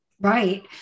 Right